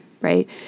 right